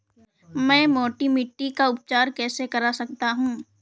मैं मोटी मिट्टी का उपचार कैसे कर सकता हूँ?